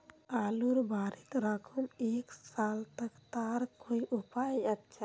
आलूर बारित राखुम एक साल तक तार कोई उपाय अच्छा?